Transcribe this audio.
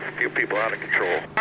few people out of control.